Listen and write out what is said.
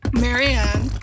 Marianne